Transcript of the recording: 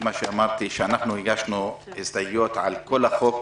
מה שאמרתי: אנחנו הגשנו הסתייגויות על כל החוק.